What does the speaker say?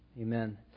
Amen